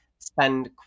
spend